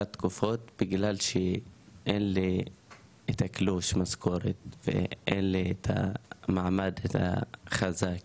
תקופות בגלל שאין לי את התלוש משכורת ואין לי מעמד חזק